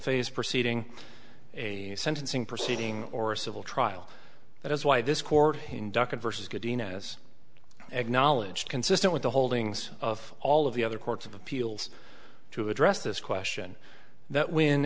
phase proceeding a sentencing proceeding or a civil trial that is why this court inducted versus giddiness acknowledged consistent with the holdings of all of the other courts of appeals to address this question that w